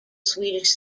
swedish